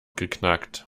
geknackt